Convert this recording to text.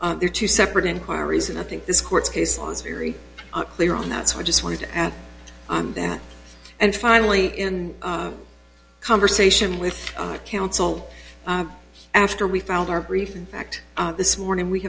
there to separate inquiries and i think this court's case was very clear on that so i just wanted to add that and finally in a conversation with our counsel after we found our brief in fact this morning we